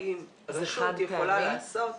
האם רשות יכולה לעשות זאת?